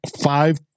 five